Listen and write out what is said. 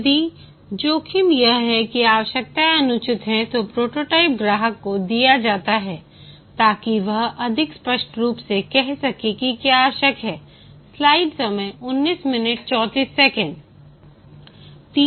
यदि जोखिम यह है कि आवश्यकताएं अनुचित हैं तो प्रोटोटाइप ग्राहक को दिया जाता है ताकि वह अधिक स्पष्ट रूप से कह सके कि क्या आवश्यक है